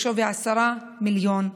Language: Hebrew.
בשווי 10 מיליון ש"ח.